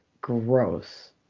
gross